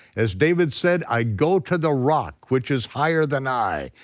as david said, i go to the rock which is higher than i,